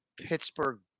Pittsburgh